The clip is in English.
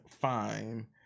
fine